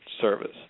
service